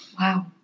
Wow